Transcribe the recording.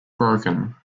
broken